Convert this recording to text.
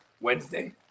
Wednesday